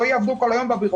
לא יעבדו כל היום בביורוקרטיה.